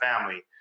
family